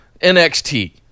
NXT